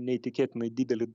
neįtikėtinai didelį